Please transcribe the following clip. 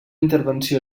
intervenció